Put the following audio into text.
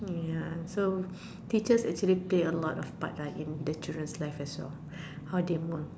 ya so teachers actually play a lot of part lah in the children's life as well how they mould